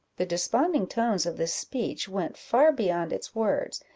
the desponding tones of this speech went far beyond its words,